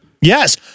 Yes